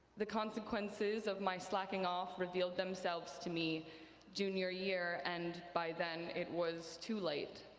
the consequences of my slacking off revealed themselves to me junior year, and by then it was too late.